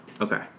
Okay